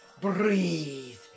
breathe